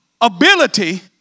Ability